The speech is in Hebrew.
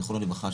זכרונו לברכה,